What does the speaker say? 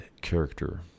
character